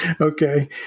Okay